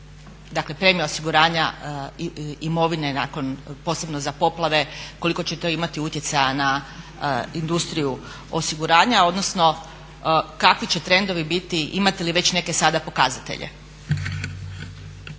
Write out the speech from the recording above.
dakle premija osiguranja imovine nakon, posebno za poplave, koliko će to imati utjecaja na industriju osiguranja odnosno kakvi će trendovi biti, imate li već neke sada pokazatelje?